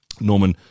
Norman